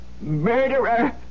Murderer